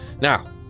Now